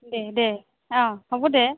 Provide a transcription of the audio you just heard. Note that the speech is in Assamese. দে দে অঁ হ'ব দে